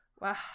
wow